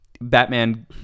Batman